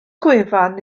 gwefan